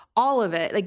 all of it. like